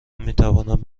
میتوانند